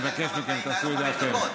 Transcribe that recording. תעשו את זה אתם.